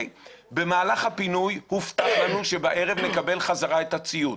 במהלך הפינוי הובטח לנו שבערב נקבל חזרה את הציוד,